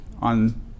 on